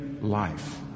life